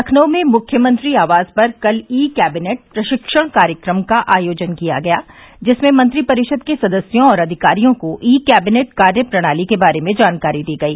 लखनऊ में मुख्यमंत्री आवास पर कल ई कैबिनेट प्रशिक्षण कार्यक्रम का आयोजन किया गया जिसमें मंत्रिपरिषद के सदस्यों और अधिकारियों को ई कैबिनेट कार्य प्रणाली के बारे में जानकारी दी गई